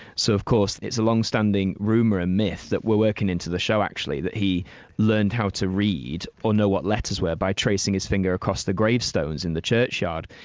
so, of course, it's a longstanding rumour and myth that we're working into the show actually that he learned how to read or know what letters were by tracing his finger across the gravestones in the churchyard.